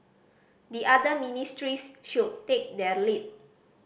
the other ministries should take their lead